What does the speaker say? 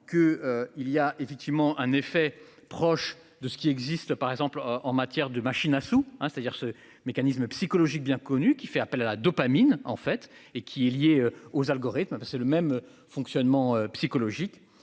que il y a effectivement un effet proche de ce qui existe par exemple en matière de machines à sous, hein, c'est-à-dire ce mécanisme psychologique bien connu qui fait appel à la dopamine en fait et qui est liée aux algorithmes parce c'est le même fonctionnement psychologique